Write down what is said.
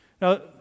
Now